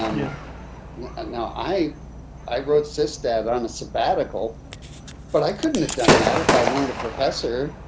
um you know and now i i wrote system on a sabbatical but i couldn't have done that if i weren't a professor,